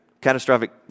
Catastrophic